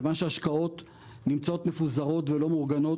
כיוון שההשקעות נמצאות מפוזרות ולא מאורגנות.